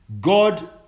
God